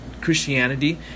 Christianity